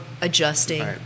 adjusting